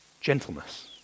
gentleness